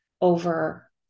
over